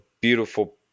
beautiful